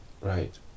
Right